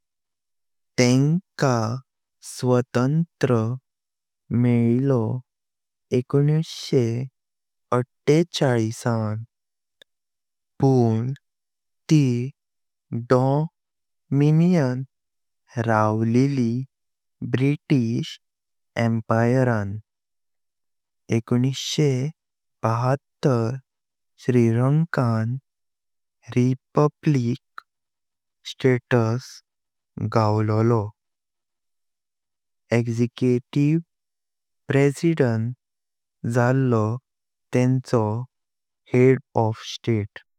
तेंका स्वातंत्र्य भेटलें एकनवशे आठेचाळीस। पण ती डॉमिनिओन राहिली ब्रिटिश एम्पायरान एकनवशे बहात्तर। श्रीलंका रिपब्लिक स्टेटस गेव्हलो। एक्झिक्युटिव प्रेसिडेंट झालो तेंचो हेड ऑफ स्टेट।